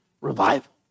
Revival